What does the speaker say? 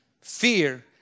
Fear